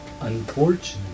Unfortunately